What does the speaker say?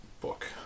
book